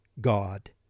God